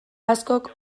askok